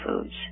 foods